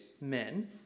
men